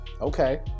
Okay